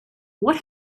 what